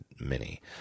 Mini